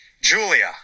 Julia